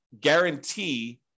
guarantee